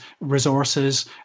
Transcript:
resources